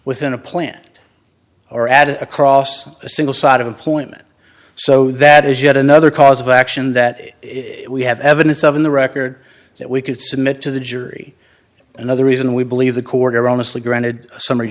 within a plant or added across a single side of employment so that is yet another cause of action that we have evidence of in the record that we could submit to the jury another reason we believe the quarter honestly granted s